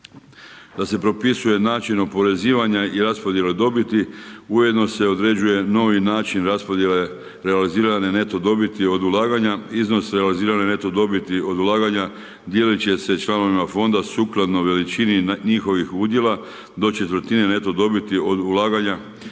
da se propisuje način oporezivanja i raspodjele dobiti, ujedno se određuje novi način raspodjele realiziranja neto dobiti i ulaganja, iznose realizirane neto dobiti od ulaganja dijelit će se članovima fondova sukladno veličini njihovih udjela do 1/4 neto dobiti od ulaganja